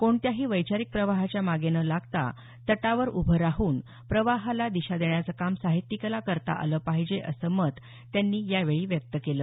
कोणत्याही वैचारीक प्रवाहाच्या मागे न लागता तटावर उभं राहून प्रवाहाला दिशा देण्याचं काम साहित्यिकाला करता आलं पाहिजे असं मत यांनी यावेळी व्यक्त केलं